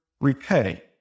repay